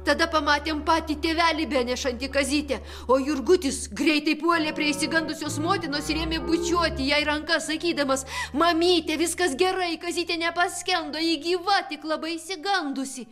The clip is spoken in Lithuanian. tada pamatėm patį tėvelį benešantį kazytę o jurgutis greitai puolė prie išsigandusios motinos ir ėmė bučiuoti jai rankas sakydamas mamyte viskas gerai kazytė nepaskendo ji gyva tik labai išsigandusi